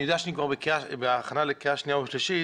אני יודע שאנחנו כבר בהכנה לקריאה שנייה ושלישית.